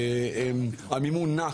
המימון נע,